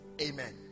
Amen